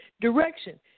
direction